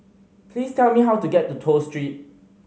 please tell me how to get to Toh Street